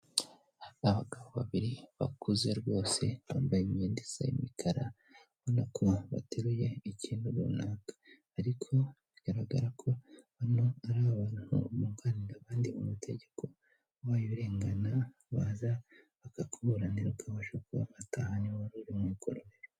Abagabo babiri bakuze rwose bambaye imyenda isa y'imikara ubona ko bateruye ikintu runaka ariko bigaragara ko hano ari abantu bunganira abandi mu tegeko. Niba urengana baza bakakuburanira ukabaja kuba atahamukora.